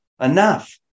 enough